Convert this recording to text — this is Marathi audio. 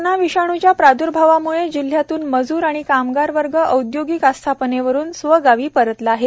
कोरोना विषाणुच्या प्रादुर्भावामुळे जिल्ह्यातून मजूर आणि कामगार वर्ग औदयोगिक आस्थापनेवरुन स्वगावी परतला आहे